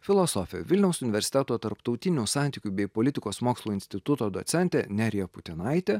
filosofė vilniaus universiteto tarptautinių santykių bei politikos mokslų instituto docentė nerija putinaitė